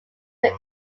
but